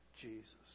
Jesus